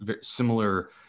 similar